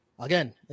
Again